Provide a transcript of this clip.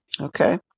Okay